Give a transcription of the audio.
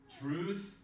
truth